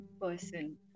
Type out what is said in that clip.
person